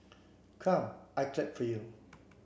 come I clap for you